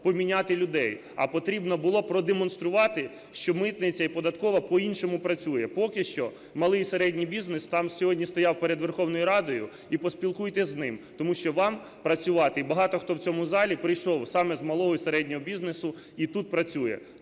поміняти людей, а потрібно було продемонструвати, що митниця і податкова по-іншому працює. Поки що малий і середній бізнес там сьогодні стояв перед Верховною Радою, і поспілкуйтесь з ним, тому що вам працювати. І багато хто в цьому залі прийшов саме з малого і середнього бізнесу і тут працює.